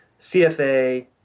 CFA